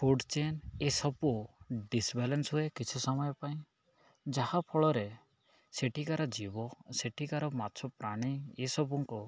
food chain ଏସବୁ ହୁଏ କିଛି ସମୟ ପାଇଁ ଯାହାଫଳରେ ସେଠିକାର ଜୀବ ସେଠିକାର ମାଛ ପ୍ରାଣୀ ଏସବୁଙ୍କ